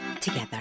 together